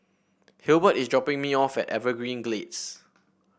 Hilbert is dropping me off at Evergreen Gardens